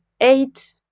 eight